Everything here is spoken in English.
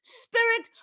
spirit